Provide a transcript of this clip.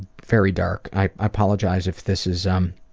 very dark, i apologize if this is um